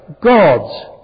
God's